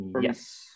yes